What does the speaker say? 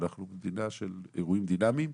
אנחנו מדינה של אירועים דינמיים,